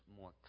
more